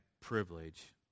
privilege